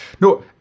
no